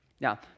Now